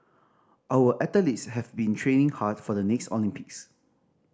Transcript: our athletes have been training hard for the next Olympics